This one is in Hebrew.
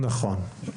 נכון.